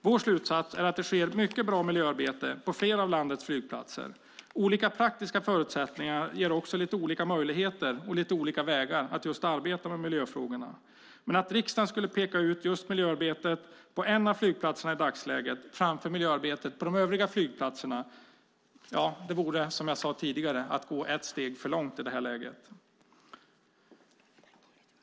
Vår slutsats är att det sker mycket och bra miljöarbete på flera av landets flygplatser. Olika praktiska förutsättningar ger lite olika möjligheter och olika vägar att arbeta med miljöfrågorna. Men att riksdagen skulle peka ut miljöarbetet på en av flygplatserna i dagsläget framför miljöarbetet på de övriga flygplatserna vore, som jag sade tidigare, att gå ett steg för långt i det här läget.